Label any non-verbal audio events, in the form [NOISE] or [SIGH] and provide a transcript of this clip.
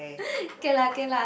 [BREATH] K lah K lah